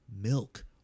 milk